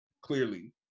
Clearly